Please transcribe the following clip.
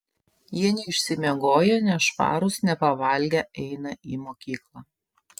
jie neišsimiegoję nešvarūs nepavalgę eina į mokyklą